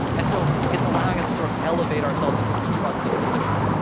and so it's allowing us to sort of elevate ourselves into this trusted position.